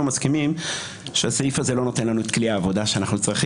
מסכימים שהסעיף הזה לא נותן לנו את כלי העבודה שאנחנו צריכים.